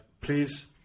please